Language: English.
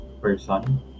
person